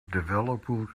developer